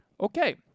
Okay